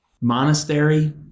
Monastery